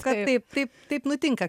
kad taip taip taip nutinka